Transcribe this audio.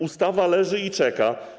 Ustawa leży i czeka.